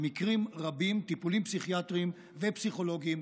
טיפולים פסיכיאטריים ופסיכולוגיים,